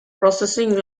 processing